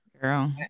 Girl